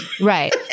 Right